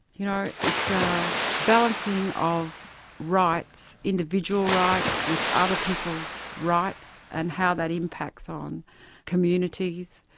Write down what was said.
you know, it's a balancing of rights, individual rights, with other people's rights, and how that impacts on communities.